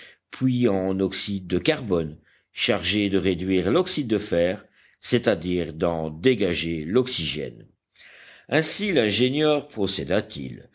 puis en oxyde de carbone chargé de réduire l'oxyde de fer c'est-à-dire d'en dégager l'oxygène ainsi l'ingénieur